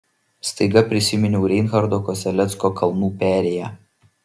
staiga prisiminiau reinharto kosellecko kalnų perėją